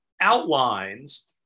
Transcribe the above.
outlines